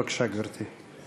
בבקשה, גברתי.